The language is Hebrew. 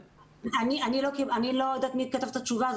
אני לא יודעת מי כתב את התשובה,